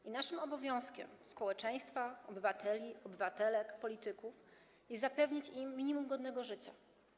I naszym obowiązkiem - społeczeństwa, obywateli, obywatelek, polityków - jest zapewnić im minimum godnego życia.